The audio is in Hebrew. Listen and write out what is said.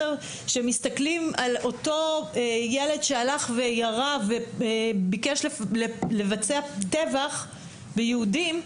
שמסתכלים על אותו ילד שהלך וירה וביקש לבצע טבח ביהודים,